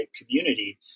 community